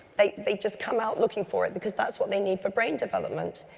they they just come out looking for it, because that's what they need for brain development.